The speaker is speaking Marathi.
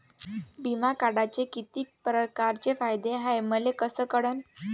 बिमा काढाचे कितीक परकारचे फायदे हाय मले कस कळन?